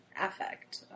affect